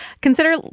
consider